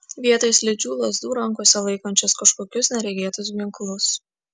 vietoj slidžių lazdų rankose laikančios kažkokius neregėtus ginklus